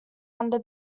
under